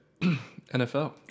NFL